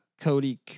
Cody